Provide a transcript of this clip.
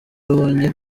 abonye